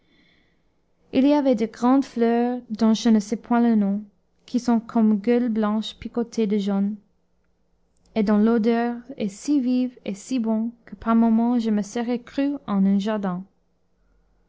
il y avait de grandes fleurs dont je ne sais point le nom qui sont comme gueules blanches picotées de jaune et dont l'odeur est si vive et si bonne que par moments je me serais cru en un jardin